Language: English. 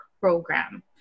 program